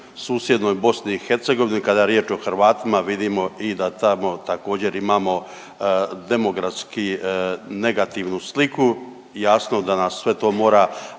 susjednom BiH, kada je riječ o Hrvatima, vidimo i da tamo također, imamo demografski negativnu sliku. Jasno da nas sve to mora